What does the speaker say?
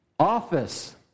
Office